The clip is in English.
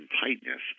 tightness